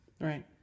Right